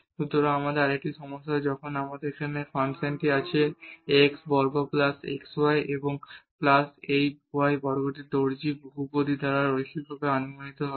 সুতরাং আরেকটি সমস্যা যখন আমাদের এখানে ফাংশন আছে x বর্গ প্লাস xy এবং প্লাস এই y বর্গটি টেইলরের পলিনোমিয়াল দ্বারা রৈখিকভাবে আনুমানিক হবে